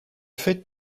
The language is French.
fais